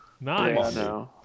Nice